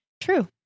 True